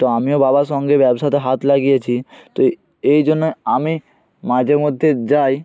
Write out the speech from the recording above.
তো আমিও বাবার সঙ্গে ব্যবসাতে হাত লাগিয়েছি তো এই জন্য আমি মাঝে মধ্যে যাই